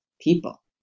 people